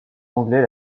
anglais